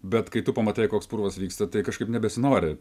bet kai tu pamatai koks purvas vyksta tai kažkaip nebesinori